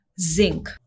zinc